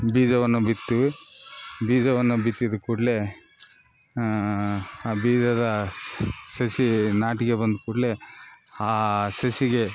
ಬೀಜವನ್ನು ಬಿತ್ತಿವಿ ಬೀಜವನ್ನು ಬಿತ್ತಿದ ಕೂಡಲೇ ಆ ಬೀಜದ ಸಸಿ ನಾಟಿಗೆ ಬಂದ ಕೂಡಲೇ ಆ ಸಸಿಗೆ